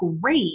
great